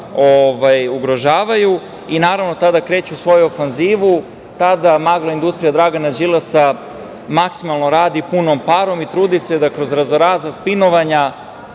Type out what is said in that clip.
ugrožavaju i naravno tada kreću svoju ofanzivu, tada industrija Dragana Đilasa maksimalno radi punom parom i trudi se da kroz raznorazna spinovanja